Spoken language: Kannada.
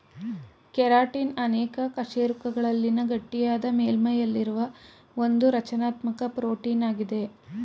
ಕೆರಾಟಿನ್ ಅನೇಕ ಕಶೇರುಕಗಳಲ್ಲಿನ ಗಟ್ಟಿಯಾದ ಮೇಲ್ಮೈಯಲ್ಲಿರುವ ಒಂದುರಚನಾತ್ಮಕ ಪ್ರೋಟೀನಾಗಿದೆ